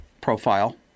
profile